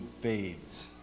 fades